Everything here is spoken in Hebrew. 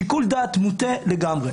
שיקול דעת מוטעה לגמרי.